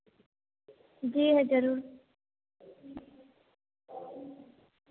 जी ज़रूर